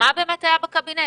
מה באמת היה בקבינט?